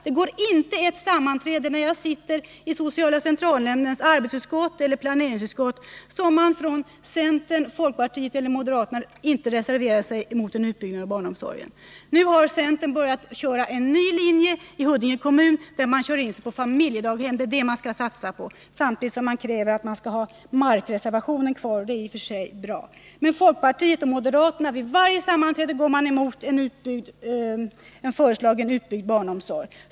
Jag har inte deltagit i ett enda sammanträde med sociala centralnämndens arbetsutskott eller planeringsutskott där man inte från centern, folkpartiet eller moderaterna reserverat sig mot en utbyggnad av barnomsorgen. Nu har centern börjat driva en ny linje i Huddinge kommun, där man kör in sig på familjedaghem. Det är det centern nu vill satsa på, samtidigt som man kräver att markreservationen skall vara kvar, vilket i och för sig är bra. Men folkpartiet och moderaterna går vid varje sammanträde emot en föreslagen utbyggd barnomsorg.